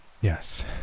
Yes